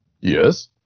Yes